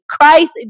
Christ